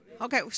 Okay